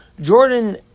Jordan